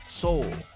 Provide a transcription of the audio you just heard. soul